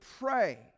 pray